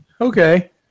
Okay